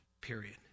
period